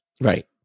Right